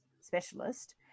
specialist